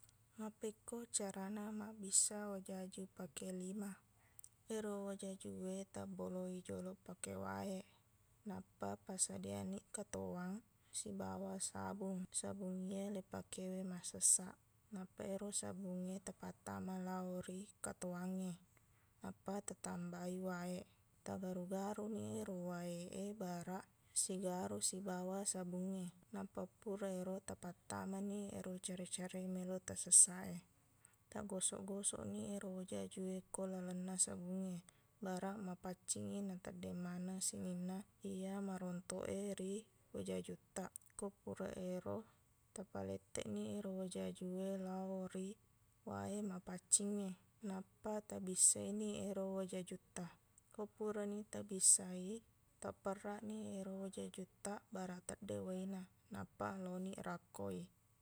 Mappekko carana mabbisa wajaju pake lima ero wajajuwe tabboloi joloq pake wae nappa passadianiq katowang sibawa sabung sabung iye leipakewe massessaq nappa ero sabungnge tappatama lao ri katowangnge nappa tatambai wae tagaru-garuni ero wae e baraq sigaru sibawa sabungnge nappa pura ero tappattamani ero care-care meloq tasessaq e taqgosok-gosokni ero wajajuwe ko lalenna sabungnge baraq mapaccingngi na teddeng maneng sininna iya marontok e ri wajajuttaq ko pura ero tapaletteqni ero wajajuwe lao ri wae mapaccingnge nappa tabissaini ero wajajuttaq ko purani tabissai taperraqni ero wajajuttaq baraq teddeng waena nappa laoniq rakkoi